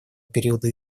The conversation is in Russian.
периода